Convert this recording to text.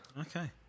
Okay